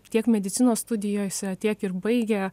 tiek medicinos studijose tiek ir baigę